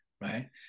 right